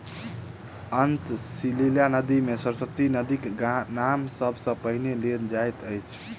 अंतः सलिला नदी मे सरस्वती नदीक नाम सब सॅ पहिने लेल जाइत अछि